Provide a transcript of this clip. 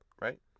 right